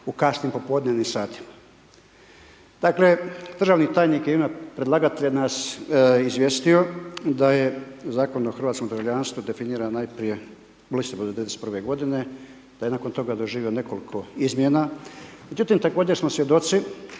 u kasnim popodnevnim satima. Dakle državni tajnik je u ime predlagatelja nas izvijestio da je Zakon o hrvatskom državljanstvu definiran najprije u listopadu '91. godine, da je nakon toga doživio nekoliko izmjena. Međutim, također smo svjedoci